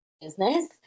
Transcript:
business